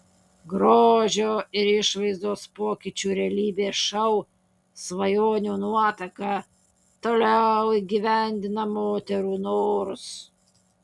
grožio ir išvaizdos pokyčių realybės šou svajonių nuotaka toliau įgyvendina moterų norus